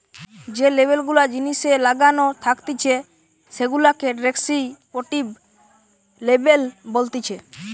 যে লেবেল গুলা জিনিসে লাগানো থাকতিছে সেগুলাকে ডেস্ক্রিপটিভ লেবেল বলতিছে